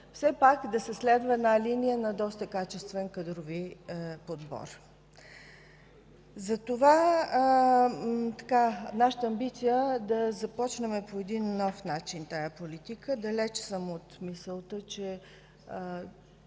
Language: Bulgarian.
все пак да се следва една линия на доста качествен кадрови подбор. За това нашата амбиция е да започнем по един нов начин тази политика. Далеч съм от мисълта, че